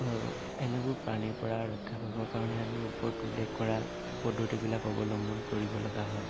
এনেবোৰ প্ৰাণীৰ পৰা ৰক্ষা পাবৰ কাৰণে আমি ওপৰত উল্লেখ কৰা পদ্ধতিবিলাক অৱলম্বন কৰিব লগা হয়